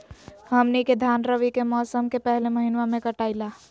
हमनी के धान रवि के मौसम के पहले महिनवा में कटाई ला